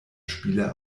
spiele